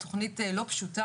התוכנית לא פשוטה,